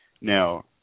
Now